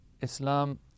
Islam